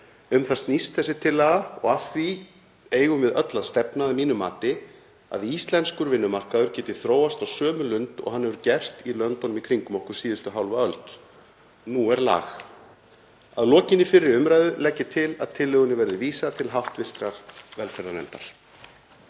Um það snýst þessi tillaga og að því eigum við öll að stefna að mínu mati að íslenskur vinnumarkaður geti þróast á sömu lund og hann hefur gert í löndunum í kringum okkur síðustu hálfa öld. Nú er lag. Að lokinni fyrri umræðu legg ég til að tillögunni verði vísað til hv. velferðarnefndar.